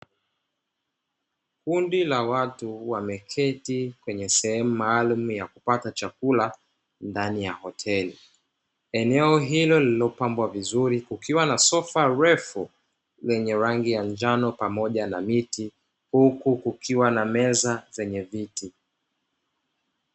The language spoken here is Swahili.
Kundi la watu wameketi kwenye sehemu maalumu ya kupata chakula ndani ya hoteli. Eneo hilo lililopambwa vizuri kukiwa na sofa refu lenye rangi ya njano pamoja na miti, huku kukiwa na meza zenye viti.